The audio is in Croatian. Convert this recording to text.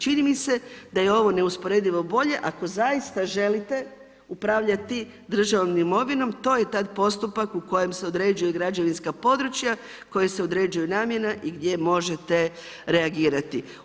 Čini mi se da je ovo neusporedivo bolje ako zaista želite upravljati državnom imovinom, to je tad postupak u kojem se određuje građevinska područja, koje se određuju namjena i gdje možete reagirati.